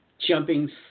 jumping